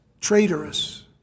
traitorous